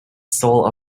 soul